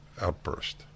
outburst